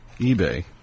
eBay